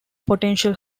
potential